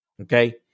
Okay